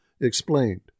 explained